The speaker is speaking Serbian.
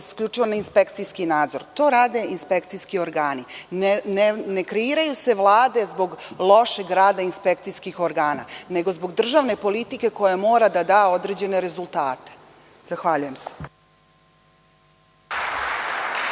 isključivo na inspekcijski nadzor. To neka rade inspekcijski organi. Ne kreiraju se vlade zbog našeg rada inspekcijskih organa, nego zbog državne politike koja mora da da određene rezultate. Zahvaljujem.